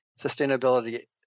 Sustainability